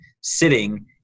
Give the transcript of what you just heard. sitting